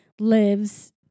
lives